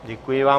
Děkuji vám.